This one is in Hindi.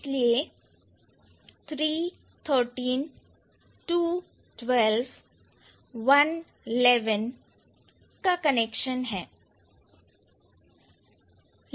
इसीलिए three thirteen two twelve one eleven का कनेक्शन है